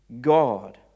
God